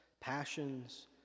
passions